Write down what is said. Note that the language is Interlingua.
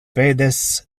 pedes